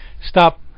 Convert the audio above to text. stop